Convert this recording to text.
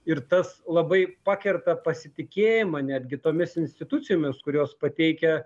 ir tas labai pakerta pasitikėjimą netgi tomis institucijomis kurios pateikia